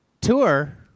tour